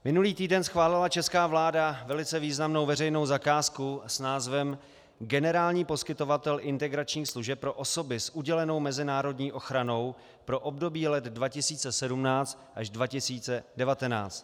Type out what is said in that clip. Minulý týden schválila česká vláda velice významnou veřejnou zakázku s názvem Generální poskytovatel integračních služeb pro osoby s udělenou mezinárodní ochranou pro období let 2017 až 2019.